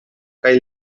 kaj